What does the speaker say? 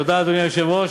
תודה, אדוני היושב-ראש.